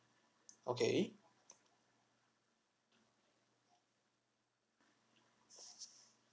okay